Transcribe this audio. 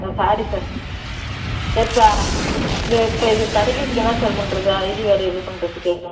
sorry sir sir இப்போ இது இப்போ இது கிடைக்கிறதுக்கு என்ன சார் பண்ணுறது ஐடி கார்டு இது பண்ணுறதுக்கு